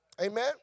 Amen